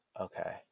okay